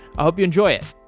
i hope you enjoy it.